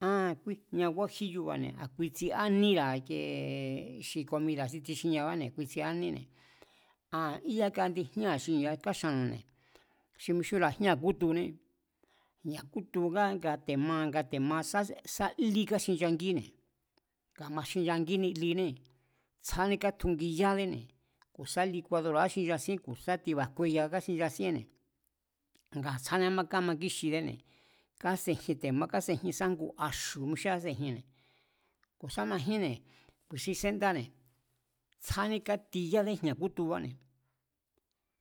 A a̱n kui jña̱ guajiyo̱ba̱ne̱ a̱ kui tsikáníra̱ ikiee xi komida̱ xi tichinieabáne̱ kui tsiáníne̱, aa̱n íyaka indi jñáa̱ xi ya̱a kaxanu̱ne̱ xi mixúnra̱a ñáa̱ kútuné, jña̱kútuba nga te̱ ma nga te̱ ma sá lí kaxinchangíne̱ nga ma xinchangíni linée̱ tsjádé kátjungiyádéne̱ ku̱ sá licuadora̱ káxinchasíén ku̱ sá ti̱ba̱ jkueya káxinchasíénne̱ ngaa̱ tsjádé kamakíxidéne̱, kásejin te̱ma, kásejin sá ngu axu̱ mi xí káséjinne̱ sá majínne̱ ki̱sin sendáne̱ tsjádé kátiyádé jña̱ kútubáne̱,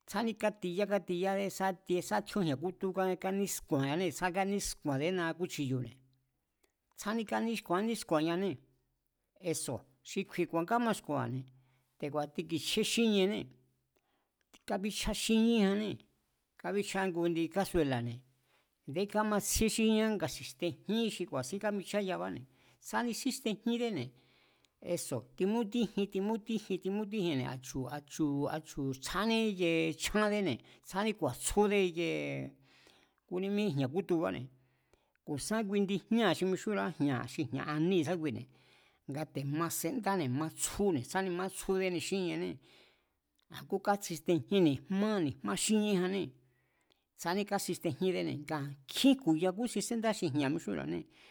tsjádé kátiyá kátidádé sá tie sá tjíón jña̱kútu kánísku̱a̱nñanée̱ tsjádé kánísḵadénia kúchiyune̱, tsjádé kánísku̱a̱n, kánísku̱a̱nñanée̱ eso̱ xi kju̱i̱e̱ ku̱a̱n kámasku̱a̱nne̱, te̱ku̱a̱ tikichjé xíniennée̱, kábíchjá xíníéjanée̱, kábíchjá ngu indi kásuela̱ne̱, a̱ndé kámatsjíé xíníéján nga xi̱xtejín xi ku̱a̱sín kámichayaabáne, tsjáde xíxtejíndéne̱, eso̱ timútíjin, timútíjjinne̱ a̱chu̱a, a̱chu̱ tsjáni íkie chjándéne̱. tsjádé ku̱a̱tsjúdé ikiee kúnímí jña̱ kútúbáne̱, ku̱ sa kui indi jñáa̱ xi mixúnra̱á jña̱ xi jña̱ aní i̱sákuine̱ nga te̱ ma sendáne̱ matsjúne̱ tsjáni mátsjúdéni xíniené, a̱ngú káxitejín ni̱jmá, ni̱jmá xíniejanné, tsjádé káxitejíndéne̱, nga nkjín jku̱ya kúsin séndá xi jña̱ mixúnra̱ané.